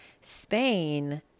Spain